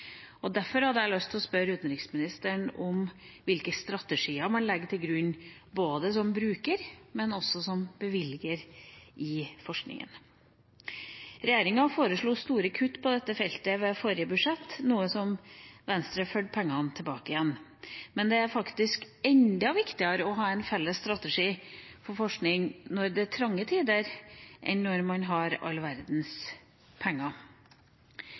Derfor hadde jeg lyst til å spørre utenriksministeren om hvilke strategier man legger til grunn både som bruker av og som bevilger til forskningen. Regjeringa foreslo store kutt på dette feltet ved forrige budsjettbehandling, Venstre førte pengene tilbake igjen. Men det er faktisk enda viktigere å ha en felles strategi for forskning når det er trange tider, enn når man har all verdens penger.